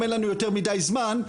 אין ספק.